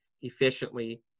efficiently